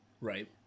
Right